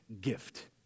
Gift